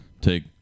take